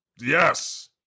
Yes